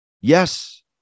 Yes